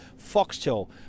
Foxtel